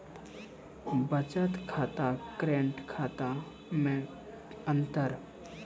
बचत खाता करेंट खाता मे अंतर?